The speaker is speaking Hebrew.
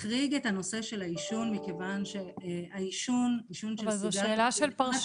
חוק אוויר נקי החריג את הנושא של העישון מכיוון ש --- הוא לא החריג,